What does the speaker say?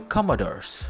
Commodores